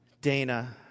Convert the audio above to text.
Dana